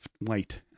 white